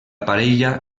parella